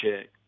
check